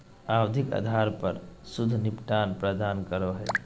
आवधिक आधार पर शुद्ध निपटान प्रदान करो हइ